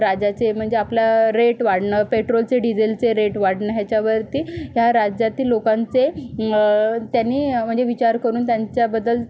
राज्याचे म्हणजे आपलं रेट वाढणं पेट्रोलचे डिझेलचे रेट वाढणं याच्यावरती ज्या राज्यातील लोकांचे त्यांनी म्हणजे विचार करून त्यांच्याबद्दल